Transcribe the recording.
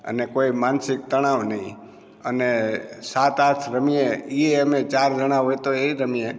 અને કોઈ માનસિક તણાવ નહીં અને સાત આઠ રમીએ એ પણ અમે ચાર જણાં હોય તો એ રમીએ